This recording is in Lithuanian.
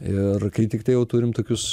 ir kai tiktai jau turim tokius